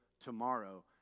tomorrow